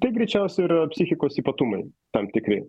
nekalti greičiausia yra psichikos ypatumai tam tikri